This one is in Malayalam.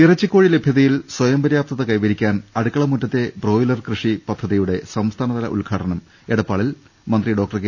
ഇറച്ചികോഴി ലഭ്യതയിൽ സ്വയംപര്യാപ്തത കൈവരിക്കാൻ അടുക്ക ളമുറ്റത്തെ ബ്രോയിലർകൃഷി പദ്ധതിയുടെ സംസ്ഥാനതല ഉദ്ഘാടനം എടപ്പാളിൽ മന്ത്രി കെ